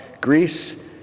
Greece